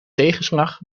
tegenslag